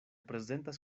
prezentas